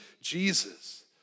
Jesus